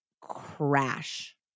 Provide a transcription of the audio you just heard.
crash